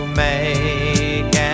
make